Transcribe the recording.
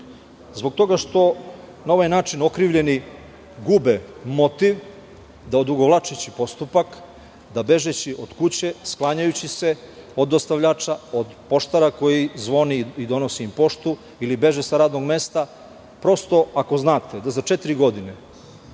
zbog toga što na ovaj način okrivljeni gube motiv da odugovlačeći postupak, da bežeći od kuće, sklanjajući se od dostavljača, od poštara koji zvoni i donosi im poštu ili beže sa radnog mesta, prosto ako znate da za četiri godine